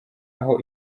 aho